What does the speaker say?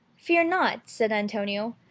fear not, said antonio,